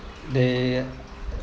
they